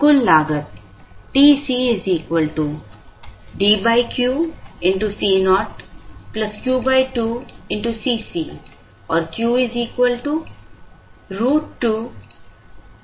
अब कुल लागत TC DQ Co Q2 Cc और Q √ 2DCoCc